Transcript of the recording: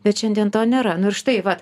bet šiandien to nėra nu ir štai vat